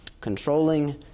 Controlling